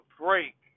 break